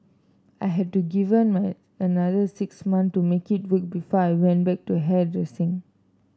I had to given my another six month to make it work before I went back to hairdressing